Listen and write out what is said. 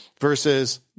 versus